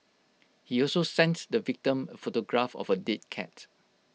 he also sent the victim A photograph of A dead cat